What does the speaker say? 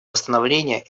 восстановления